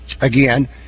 again